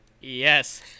Yes